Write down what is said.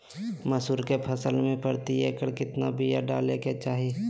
मसूरी के फसल में प्रति एकड़ केतना बिया डाले के चाही?